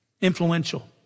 Influential